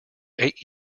eight